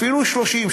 אפילו 30,